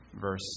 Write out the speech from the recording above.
verse